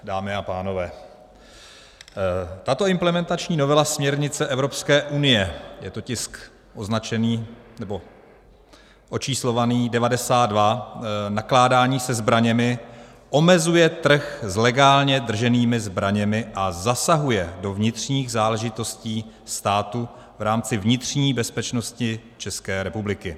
Dámy a pánové, tato implementační novela směrnice Evropské unie, je to tisk označený, nebo očíslovaný 92, nakládání se zbraněmi, omezuje trh s legálně drženými zbraněmi a zasahuje do vnitřních záležitostí států v rámci vnitřní bezpečnosti České republiky.